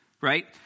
right